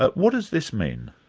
but what does this mean?